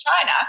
China